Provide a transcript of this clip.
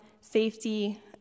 safety